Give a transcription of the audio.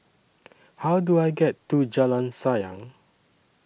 How Do I get to Jalan Sayang